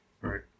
Right